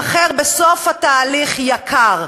הפרי יימכר בסוף התהליך ביוקר.